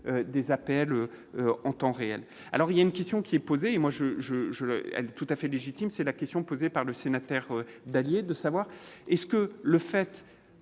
des APL en temps réel, alors il y a une question qui est posée, et moi je, je, je, elle tout à fait légitime, c'est la question posée par le sénateur Dallier de savoir est-ce que le fait